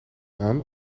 aan